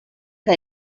que